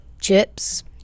Chips